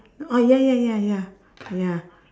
oh ya ya ya ya ya